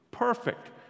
perfect